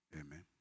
Amen